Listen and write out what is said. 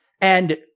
and-